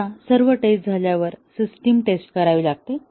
आता सर्व टेस्ट झाल्यावर सिस्टम टेस्ट करावी लागते